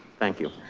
thank you.